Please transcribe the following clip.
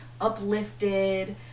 uplifted